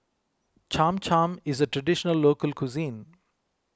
Cham Cham is a Traditional Local Cuisine